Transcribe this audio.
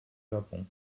japon